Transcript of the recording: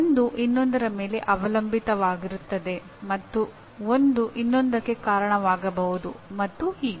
ಒಂದು ಇನ್ನೊಂದರ ಮೇಲೆ ಅವಲಂಬಿತವಾಗಿರುತ್ತದೆ ಮತ್ತು ಒಂದು ಇನ್ನೊಂದಕ್ಕೆ ಕಾರಣವಾಗಬಹುದು ಮತ್ತು ಹೀಗೆ